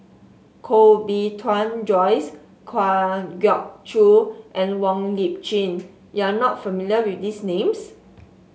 Koh Bee Tuan Joyce Kwa Geok Choo and Wong Lip Chin you are not familiar with these names